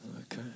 okay